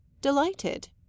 Delighted